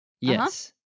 Yes